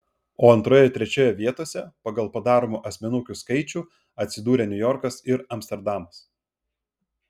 o antroje ir trečioje vietose pagal padaromų asmenukių skaičių atsidūrė niujorkas ir amsterdamas